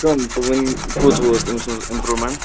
کم تہٕ وۅنۍ کوٚت وٲژ أمۍ سٕنٛز اِمپرٛوٗمیٚنٛٹ